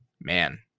man